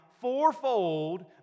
fourfold